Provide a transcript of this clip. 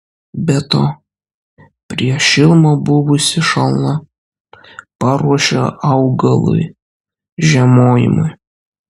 be to prieš šilumą buvusi šalna paruošė augalui žiemojimui